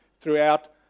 throughout